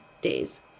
days